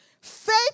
Faith